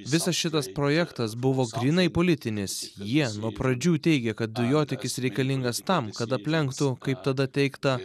visas šitas projektas buvo grynai politinis jie nuo pradžių teigia kad dujotiekis reikalingas tam kad aplenktų kaip tada teigta